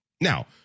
Now